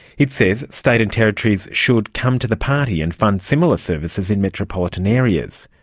it says states and territories should come to the party and fund similar services in metropolitan areas.